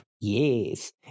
Yes